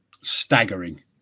staggering